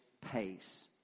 pace